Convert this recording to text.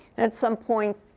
at some point,